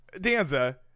Danza